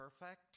perfect